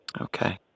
Okay